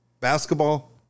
Basketball